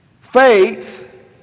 faith